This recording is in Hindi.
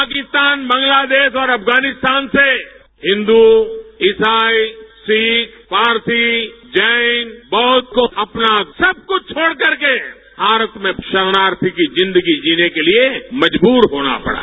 पाकिस्तादन बांग्लादेश और अफगानिस्तान से हिन्दू इसाई सिख पारसी जैन बौद्ध को अपना सब कुछ छोड़कर के भारत में शरणार्थी की जिन्दगी जीने के लिए मजबूर होना पड़ा